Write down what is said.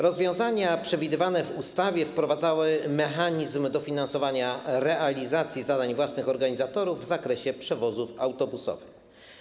Rozwiązania przewidywane w ustawie wprowadzały mechanizm dofinansowania realizacji zadań własnych organizatorów w zakresie przewozów autobusowych.